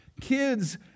kids